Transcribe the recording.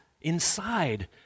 inside